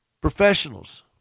professionals